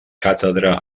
càtedra